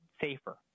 safer